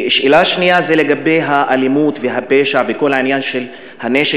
שאלה שנייה היא לגבי האלימות והפשע וכל העניין של הנשק